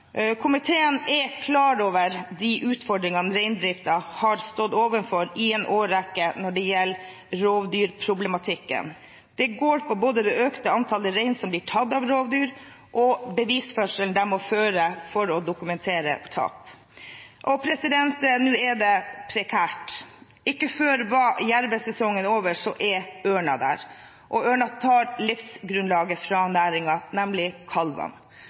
Komiteen er klar over de utfordringene reindriften har stått overfor i en årrekke når det gjelder rovdyrproblematikken. Det går på både det økte antallet rein som blir tatt av rovdyr, og bevisførselen de må ha for å dokumentere tap. Nå er det prekært. Ikke før er jervesesongen over, så er ørna der, og ørna tar livsgrunnlaget fra næringen, nemlig